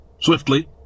swiftly